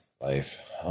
life